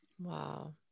Wow